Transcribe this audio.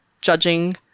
judging